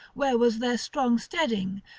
where was their strong steading,